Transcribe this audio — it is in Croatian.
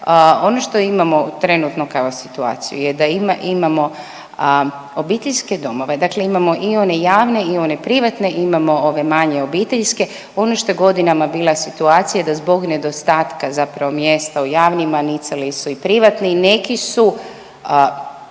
Ono što imamo trenutno kao situaciju je da imamo obiteljske domove, dakle imamo i one javne i one privatne, imamo ove manje obiteljske, ono što je godinama bila situacija da zbog nedostatka zapravo mjesta u javnima nicali su i privatni, neki su